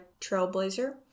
Trailblazer